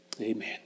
Amen